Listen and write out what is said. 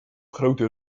grote